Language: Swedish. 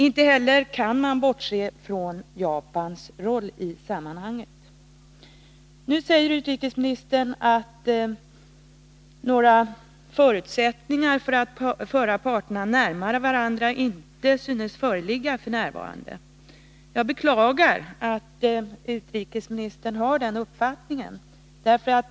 Inte heller kan man bortse från Japans roll i sammanhanget. Utrikesministern säger att några förutsättningar för att föra parterna närmare varandra inte synes föreligga f. n. Jag beklagar att utrikesministern har den uppfattningen.